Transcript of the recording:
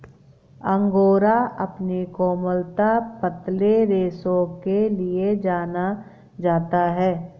angora अपनी कोमलता, पतले रेशों के लिए जाना जाता है